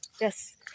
Yes